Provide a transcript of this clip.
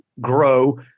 grow